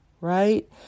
Right